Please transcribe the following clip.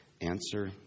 Answer